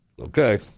Okay